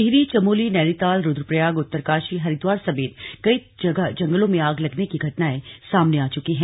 टिहरी चमोली नैनीताल रूद्रप्रयाग उत्तरकाशी हरिद्वार समेत कई जगह जंगलों में आग लगने की घटनाएं सामने आ चुकी हैं